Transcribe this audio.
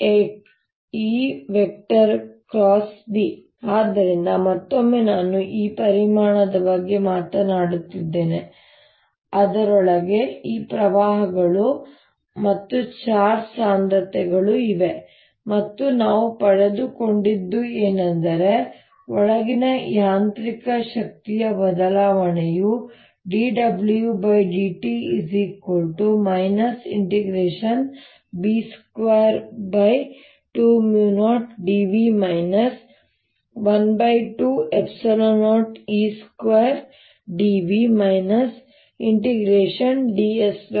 10 ಆದ್ದರಿಂದ ಮತ್ತೊಮ್ಮೆ ನಾನು ಈ ಪರಿಮಾಣದ ಬಗ್ಗೆ ಮಾತನಾಡುತ್ತಿದ್ದೇನೆ ಅದರೊಳಗೆ ಈ ಪ್ರವಾಹಗಳು ಮತ್ತು ಚಾರ್ಜ್ ಸಾಂದ್ರತೆಗಳು ಇವೆ ಮತ್ತು ನಾವು ಪಡೆದುಕೊಂಡದ್ದು ಏನೆಂದರೆ ಒಳಗಿನ ಯಾಂತ್ರಿಕ ಶಕ್ತಿಯ ಬದಲಾವಣೆಯು dWdt B220dV 120E2dV dS